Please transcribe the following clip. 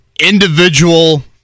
individual